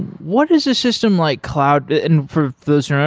what does a system like cloud and for the listener,